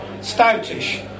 stoutish